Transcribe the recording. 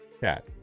Chat